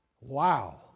wow